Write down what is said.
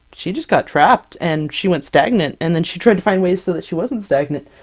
she just got trapped, and she went stagnant, and then she tried to find ways so that she wasn't stagnant,